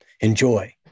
Enjoy